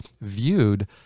viewed